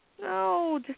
No